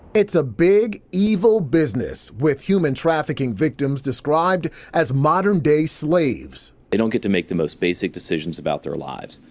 it is a big, evil business with human trafficking victims described as modern day slaves. they don't get to make the most basic decisions about their lives.